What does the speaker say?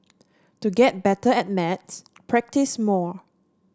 to get better at maths practise more